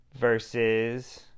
versus